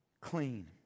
clean